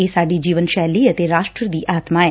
ਇਹ ਸਾਡੀ ਜੀਵਨ ਸ਼ੈਲੀ ਅਤੇ ਰਾਸ਼ਟਰ ਦੀ ਆਤਮਾ ਐ